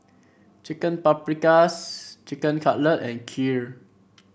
Chicken Paprikas Chicken Cutlet and Kheer